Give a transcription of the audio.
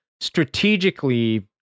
strategically